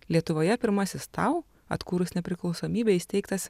lietuvoje pirmasis tau atkūrus nepriklausomybę įsteigtas